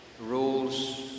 rules